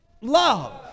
love